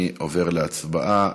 אני עובר להצבעה.